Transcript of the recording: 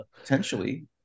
potentially